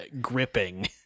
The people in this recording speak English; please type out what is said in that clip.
gripping